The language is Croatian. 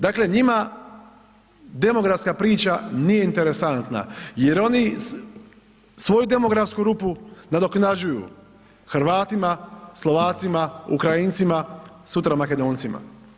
Dakle, njima demografska priča nije interesantna jer oni svoju demografsku rupu nadoknađuju Hrvatima, Slovacima, Ukrajincima, sutra Makedoncima.